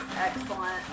excellent